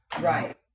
Right